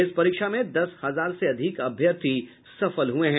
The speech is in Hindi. इस परीक्षा में दस हजार से अधिक अभ्यर्थी सफल हुये हैं